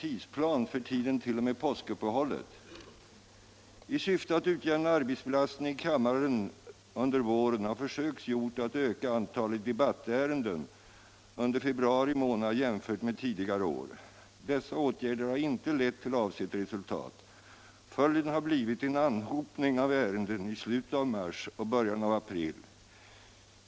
I syfte att utjämna arbetsbelastningen i kammaren under våren har försök gjorts att öka antalet debattärenden under februari månad jämfört med tidigare år. Dessa åtgärder har inte lett till avsett resultat. Följden har blivit en anhopning av ärenden i slutet av mars och början av april.